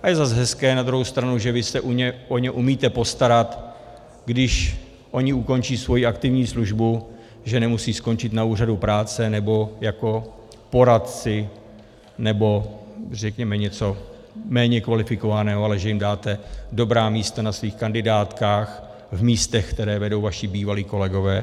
A je zase hezké na druhou stranu, že vy se o ně umíte postarat, když oni ukončí svoji aktivní službu, že nemusí skončit na úřadu práce nebo jako poradci nebo řekněme něco méně kvalifikovaného, ale že jim dáte dobrá místa na svých kandidátkách v místech, které vedou vaši bývalí kolegové.